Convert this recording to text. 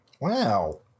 Wow